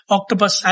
Octopus